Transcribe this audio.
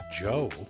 Joe